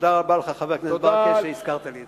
תודה רבה לך, חבר הכנסת ברכה, שהזכרת לי את זה.